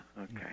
Okay